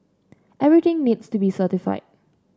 everything needs to be certified